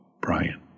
Brian